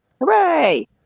Hooray